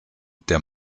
der